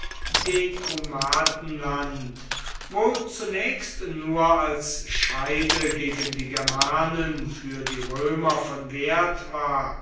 sogenannten decumatenland wohl zunächst nur als scheide gegen die germanen für die römer von wert war